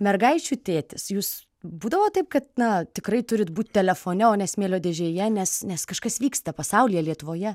mergaičių tėtis jūs būdavo taip kad na tikrai turit būti telefone o ne smėlio dėžėje nes nes kažkas vyksta pasaulyje lietuvoje